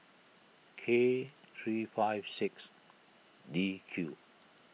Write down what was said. K three five six D Q